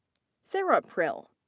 sarah prill.